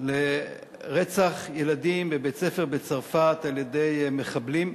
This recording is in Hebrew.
לרצח הילדים בבית-ספר בצרפת על-ידי מחבלים.